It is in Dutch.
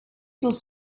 was